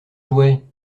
jouets